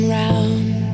round